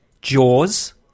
Jaws